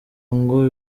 ngo